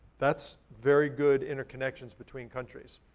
that's very good interconnections between countries.